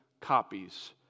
copies